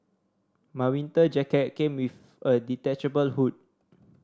my winter jacket came with a detachable hood